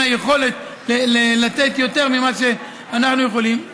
היכולת לתת יותר ממה שאנחנו יכולים,